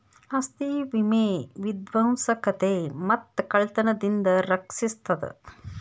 ಆಸ್ತಿ ವಿಮೆ ವಿಧ್ವಂಸಕತೆ ಮತ್ತ ಕಳ್ತನದಿಂದ ರಕ್ಷಿಸ್ತದ